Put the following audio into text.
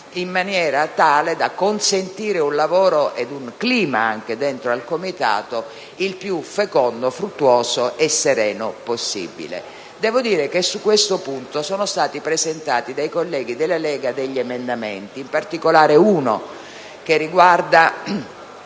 in maniera tale da consentire un lavoro, e anche un clima dentro il Comitato il più fecondo, fruttuoso e sereno possibile. Devo dire che su questo punto sono stati presentati dai colleghi della Lega degli emendamenti, in particolare uno che riguarda